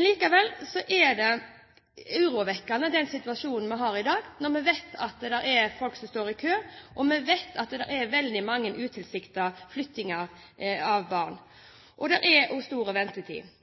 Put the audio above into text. Likevel er den urovekkende, den situasjonen vi har i dag, når vi vet at det er folk som står i kø, og når vi vet at det er veldig mange utilsiktede flyttinger av barn. Det er også lang ventetid.